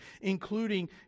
including